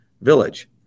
village